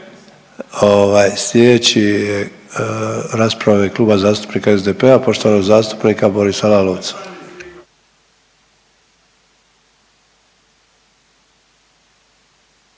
sljedeći rasprava je u ime Kluba zastupnika SDP-a, poštovanog zastupnika Borisa Lalovca.